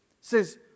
says